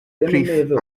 prif